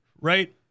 Right